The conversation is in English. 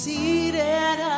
Seated